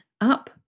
up